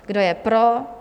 Kdo je pro?